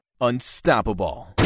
unstoppable